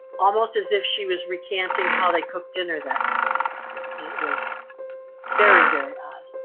almost as if she was recanting how they cooked dinner, that it was very, very